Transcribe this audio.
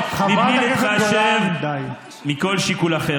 אני מבקש מכם.